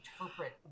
interpret